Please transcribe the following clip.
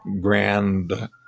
grand